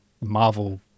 Marvel